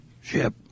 Ship